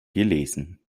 gelesen